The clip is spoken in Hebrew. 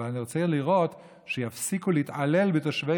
אבל אני רוצה לראות שיפסיקו להתעלל בתושבי